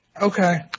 Okay